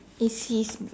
is his